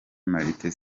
martin